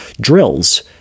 drills